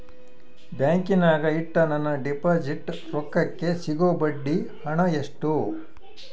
ಬ್ಯಾಂಕಿನಾಗ ಇಟ್ಟ ನನ್ನ ಡಿಪಾಸಿಟ್ ರೊಕ್ಕಕ್ಕೆ ಸಿಗೋ ಬಡ್ಡಿ ಹಣ ಎಷ್ಟು?